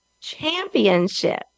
championship